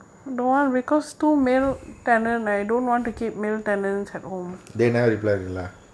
they never replied lah